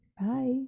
Bye